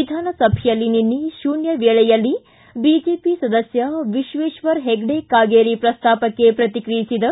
ವಿಧಾನಸಭೆಯಲ್ಲಿ ನಿನ್ನೆ ಶೂನ್ದ ವೇಳೆಯಲ್ಲಿ ಬಿಜೆಪಿ ಸದಸ್ಯ ವಿಶ್ವೇಶ್ವರ್ ಹೆಗಡೆ ಕಾಗೇರಿ ಪ್ರಸ್ತಾಪಕ್ಕೆ ಪ್ರತಿಕ್ರಿಯಿಸಿದ